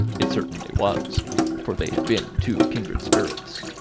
it certainly was for they had been two kindred spirits.